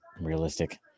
realistic